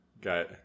got